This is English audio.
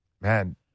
man